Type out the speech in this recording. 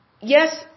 Yes